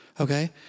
Okay